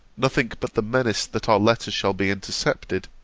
nothing but the menace that our letters shall be intercepted,